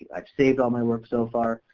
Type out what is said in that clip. ah i've saved all my work so far,